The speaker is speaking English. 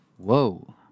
Whoa